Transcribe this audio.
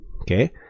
okay